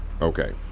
Okay